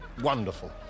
wonderful